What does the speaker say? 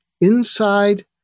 inside